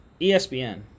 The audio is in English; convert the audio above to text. ESPN